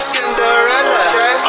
Cinderella